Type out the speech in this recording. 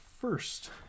first